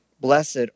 blessed